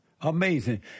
Amazing